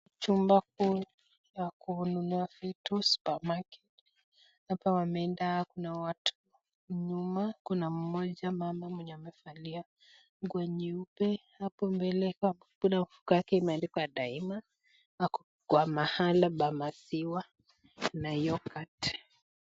Chumba kuu ya kununua vitu supermarket . Hapa wameenda kuna watu nyuma, kuna moja mama mwenye amevalia nguo nyeupe, apo mbele kuna mfuko yake imeandikwa daima ako kwa mahali pa maziwa na yoghurt .